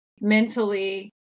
mentally